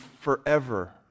forever